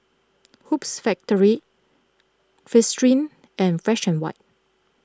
Hoops Factory Fristine and Fresh and White